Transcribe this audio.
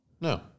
No